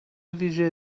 ویژه